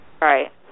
right